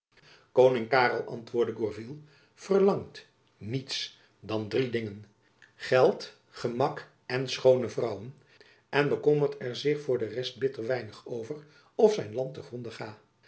koning karel antwoordde gourville verlangt niets dan drie dingen geld gemak en schoone vrouwen en bekommert er zich voor de rest bitter weinig over of zijn land te gronde ga